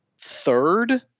third